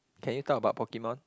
can you talk about Pokemon